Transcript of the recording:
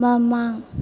ꯃꯃꯥꯡ